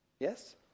Yes